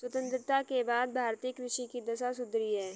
स्वतंत्रता के बाद भारतीय कृषि की दशा सुधरी है